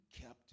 kept